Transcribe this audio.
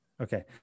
Okay